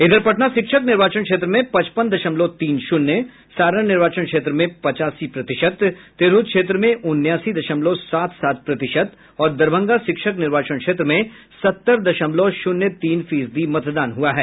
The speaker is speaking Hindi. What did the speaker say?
इधर पटना शिक्षक निर्वाचन क्षेत्र में पचपन दशमलव तीन शून्य सारण निर्वाचन क्षेत्र में पचासी प्रतिशत तिरहुत क्षेत्र में उनासी दशमलव सात सात प्रतिशत और दरभंगा शिक्षक निर्वाचन क्षेत्र में सत्तर दशमलव शून्य तीन फीसदी मतदान हुआ है